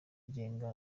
agenga